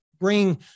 bring